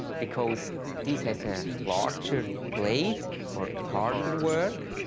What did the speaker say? because this has a larger blade for harder work,